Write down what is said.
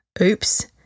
Oops